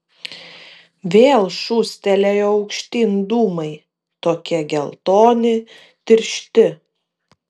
vėl šūstelėjo aukštyn dūmai tokie geltoni tiršti